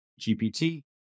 GPT